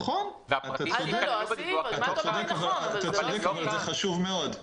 נכון, אתה צודק, אבל זה חשוב מאוד.